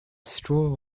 straw